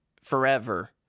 forever